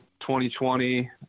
2020